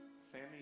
Sammy